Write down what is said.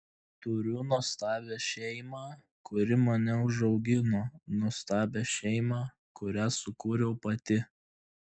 turiu nuostabią šeimą kuri mane užaugino nuostabią šeimą kurią sukūriau pati